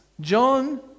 John